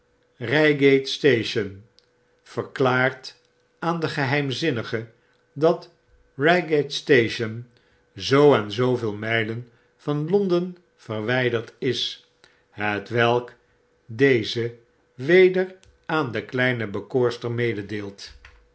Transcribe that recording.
keigate station verklaart aan de geheimzinnige dat eeigate station zoo en zooveel mijlen van londen verwyderd is hetwelk deze weder aan de kleine bekoorster mededeelt